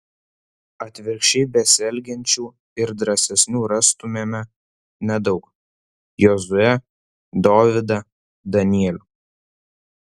atvirkščiai besielgiančių ir drąsesnių rastumėme nedaug jozuę dovydą danielių